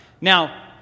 Now